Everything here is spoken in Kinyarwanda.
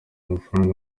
amafaranga